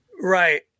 Right